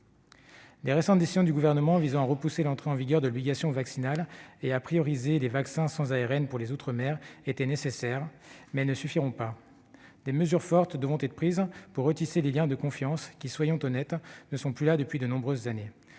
Les récentes décisions du Gouvernement visant à repousser l'entrée en vigueur de l'obligation vaccinale et à prioriser les vaccins sans ARN pour les outre-mer étaient nécessaires, mais elles ne suffiront pas. Des mesures fortes devront être prises pour retisser les liens de confiance, qui- soyons honnêtes -ne sont plus là depuis de nombreuses années.